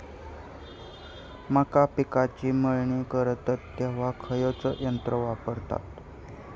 मका पिकाची मळणी करतत तेव्हा खैयचो यंत्र वापरतत?